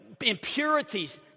impurities